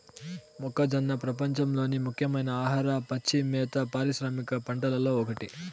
మొక్కజొన్న ప్రపంచంలోని ముఖ్యమైన ఆహార, పచ్చి మేత పారిశ్రామిక పంటలలో ఒకటి